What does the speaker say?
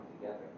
together